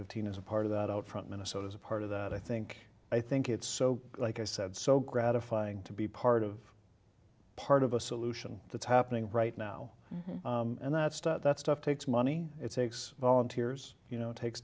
fifteen is a part of that outfront minnesota's a part of that i think i think it's so like i said so gratifying to be part of part of a solution that's happening right now and that stuff that stuff takes money it's six volunteers you know it takes